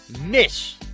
Miss